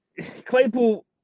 Claypool